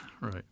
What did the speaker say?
Right